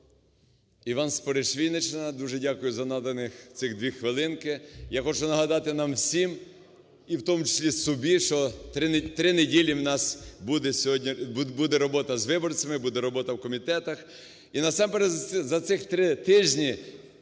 Іван Спориш, Вінниччина. Дуже дякую за наданих цих дві хвилинки. Я хочу нагадати нам всім, і в тому числі собі, що три неділі у нас буде робота з виборцями, буде робота в комітетах. І насамперед за цих три тижні